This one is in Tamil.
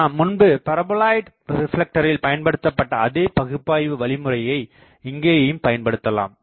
நாம் முன்பு பரபோலாய்ட் ரிப்லெக்டரில் பயன்படுத்தபட்ட அதே பகுப்பாய்வு வழிமுறையை இங்கேயும் பயன்படுத்தலாம்